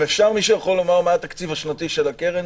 מישהו יכול לומר מה התקציב השנתי של הקרן?